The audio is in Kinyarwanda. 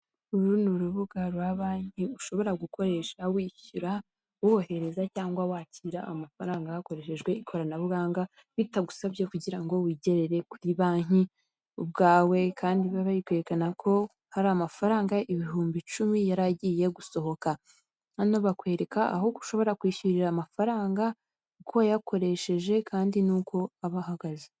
Ni mu isoko ry'ibiribwa harimo abantu bagaragara ko bari kugurisha, ndabona imboga zitandukanye, inyuma yaho ndahabona ibindi bintu biri gucuruzwa ,ndahabona ikimeze nk'umutaka ,ndahabona hirya ibiti ndetse hirya yaho hari n'inyubako.